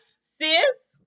Sis